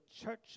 church